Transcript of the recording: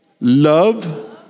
love